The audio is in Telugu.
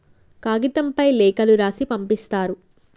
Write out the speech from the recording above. కాగితంపై లేఖలు రాసి పంపిస్తారు